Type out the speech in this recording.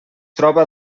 troba